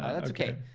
ah that's ok.